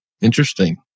Interesting